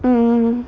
mm